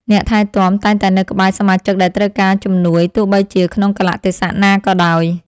អ្នកថែទាំតែងតែនៅក្បែរសមាជិកដែលត្រូវការជំនួយទោះបីជាក្នុងកាលៈទេសៈណាក៏ដោយ។